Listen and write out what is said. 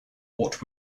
what